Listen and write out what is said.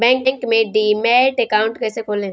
Bank में demat account कैसे खोलें?